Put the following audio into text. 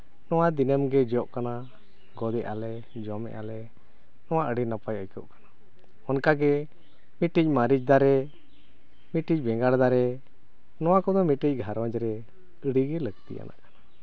ᱱᱚᱣᱟ ᱫᱤᱱᱟᱹᱢ ᱜᱮ ᱡᱚᱜ ᱠᱟᱱᱟ ᱜᱚᱫ ᱮᱜᱼᱟ ᱞᱮ ᱡᱚᱢᱮᱫᱼᱟ ᱞᱮ ᱱᱚᱣᱟ ᱟᱹᱰᱤ ᱱᱟᱯᱟᱭ ᱟᱹᱭᱠᱟᱹᱜ ᱠᱟᱱᱟ ᱚᱱᱠᱟ ᱜᱮ ᱢᱤᱫᱴᱤᱡ ᱢᱟᱹᱨᱤᱪ ᱫᱟᱨᱮ ᱢᱤᱫᱴᱤᱡ ᱵᱮᱸᱜᱟᱲ ᱫᱟᱨᱮ ᱱᱚᱣᱟ ᱠᱚᱫᱚ ᱢᱤᱫ ᱴᱤᱡ ᱜᱷᱟᱨᱚᱸᱡᱽ ᱨᱮ ᱟᱹᱰᱤᱜᱮ ᱞᱟᱹᱠᱛᱤ